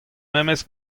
memes